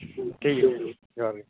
ᱴᱷᱤᱠᱜᱮ ᱡᱚᱦᱟᱨ ᱜᱮ